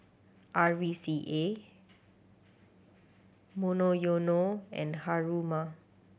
R V C A Monoyono and Haruma